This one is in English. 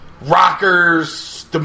rockers